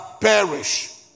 perish